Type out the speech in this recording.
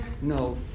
No